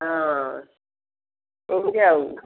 ହଁ ଏମିତି ଆଉ